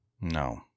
No